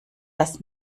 das